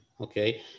Okay